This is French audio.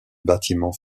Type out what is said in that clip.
bâtiments